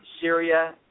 Syria